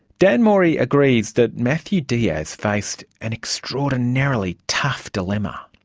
dan mori agrees that matthew diaz faced an extraordinarily tough dilemma.